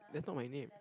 that's not my name